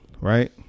right